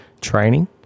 training